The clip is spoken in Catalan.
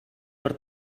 per